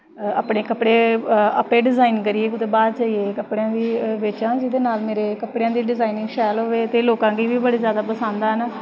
अपने कपड़े अप्पे डिजाइन करियै कुतै बाह्र जाइयै कपड़े बेचां जेह्दे नाल मेरे कपड़ेआं दी डिजानिंग शैल होऐ ते लोकां गी बी बड़ी जादा पसंद आन